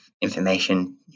information